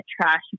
trash